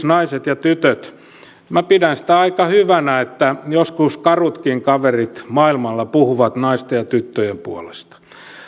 naiset ja tytöt pidän sitä aika hyvänä että joskus karutkin kaverit maailmalla puhuvat naisten ja tyttöjen puolesta